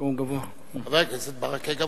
חבר הכנסת ברכה גבוה.